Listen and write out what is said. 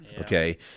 okay